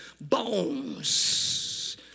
bones